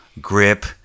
grip